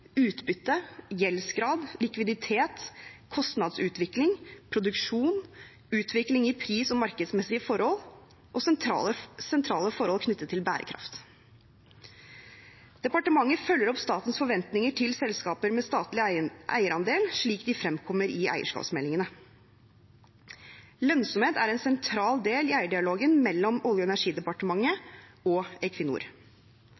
utbytte, gjeldsgrad, likviditet, kostnadsutvikling, produksjon, utvikling i pris- og markedsmessige forhold og sentrale forhold knyttet til bærekraft. Departementet følger opp statens forventninger til selskaper med statlig eierandel slik de fremkommer i eierskapsmeldingene. Lønnsomhet er en sentral del i eierdialogen mellom Olje- og